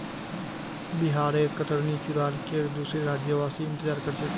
बिहारेर कतरनी चूड़ार केर दुसोर राज्यवासी इंतजार कर छेक